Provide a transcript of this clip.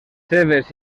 seves